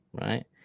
Right